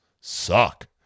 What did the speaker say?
suck